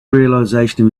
realization